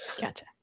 Gotcha